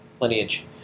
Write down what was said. lineage